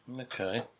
okay